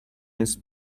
اسم